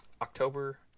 October